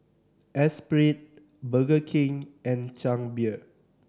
Espirit Burger King and Chang Beer